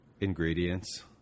Ingredients